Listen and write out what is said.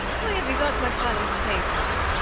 why have you got my father's papers?